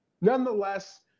nonetheless